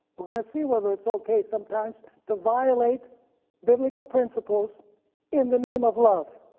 are going to see whether it's okay sometimes to violate biblical principles in the name of love,